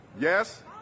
Yes